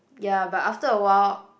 ya but after awhile